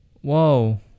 whoa